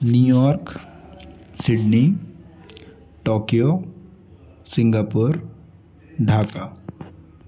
New York Sydney Tokyo Singapore Dhaka